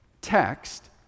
text